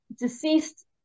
deceased